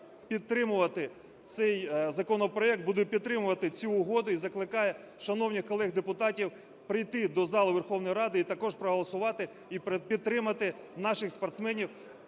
підтримувати цей законопроект, буде підтримувати цю угоду і закликає шановних колег депутатів прийти до зали Верховної Ради і також проголосувати, і підтримати наших спортсменів,